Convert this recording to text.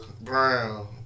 Brown